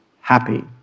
happy